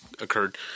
occurred